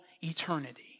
eternity